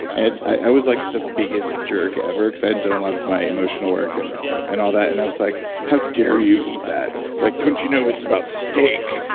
and i was like the biggest jerk ever because i hadn't done a lot of my emotional work and and and all that. and i was like, how dare you eat that? like don't you know it's about steak?